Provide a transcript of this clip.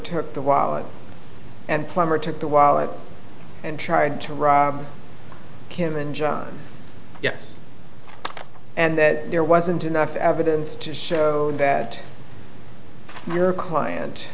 took the wallet and plumber took the wallet and tried to rob him and yes and that there wasn't enough evidence to show that your client